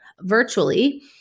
virtually